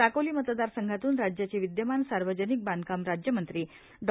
साकोली मतदारसंघातून राज्याचे विद्यमान सार्वजनिक बांधकाम राज्यमंत्री डॉ